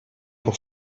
pour